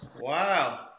Wow